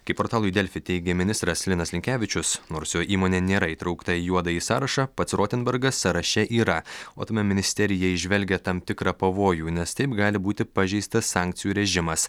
kaip portalui delfi teigė ministras linas linkevičius nors jo įmonė nėra įtraukta į juodąjį sąrašą pats rotenbergas sąraše yra o tame ministerija įžvelgia tam tikrą pavojų nes taip gali būti pažeistas sankcijų režimas